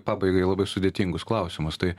pabaigai labai sudėtingus klausimus tai